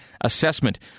assessment